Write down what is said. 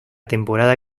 temporada